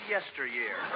Yesteryear